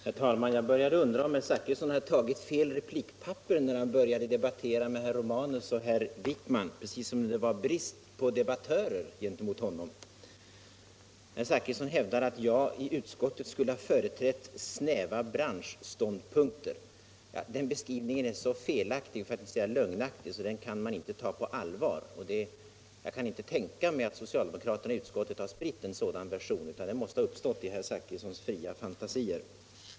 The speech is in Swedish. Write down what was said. Herr talman! Jag började undra om herr Zachrisson hade tagit fel replikpapper när han började dra in herr Romanus och herr Wikikman — precis som om det rådde brist på debattörer mot honom. IHerr Zachrisson hävdar nu att jag i utskottet skulle ha företrätt snäva branschståndpunkter. Den beskrivningen är så felaktig, för att inte säga lögnaktig, att den inte kan tas på allvar. Jag kan inte heller tänka mig att socialdemokraterna i utskottet har spritt en sådan information; den måste ha uppstått i herr Zachrissons fria fantasier.